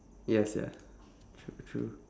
ya sia true true